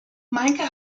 meike